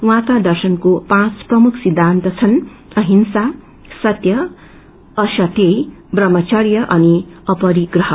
उझँको दर्शनको पाँच प्रमुख सिद्धानत छन् अहिंसा सतय असत्येय ब्रह्मर्चय अनि अपरिग्रह